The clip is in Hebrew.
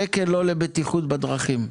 שקל לא לבטיחות בדרכים.